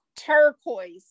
turquoise